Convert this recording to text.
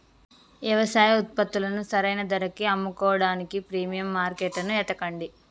యవసాయ ఉత్పత్తులను సరైన ధరకి అమ్ముకోడానికి ప్రీమియం మార్కెట్లను ఎతకండి